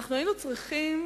היינו צריכים